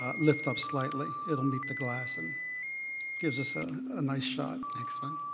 ah lift up slightly it'll meet the glass and gives us a ah nice shot. next one.